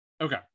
Okay